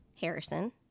Harrison